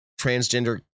Transgender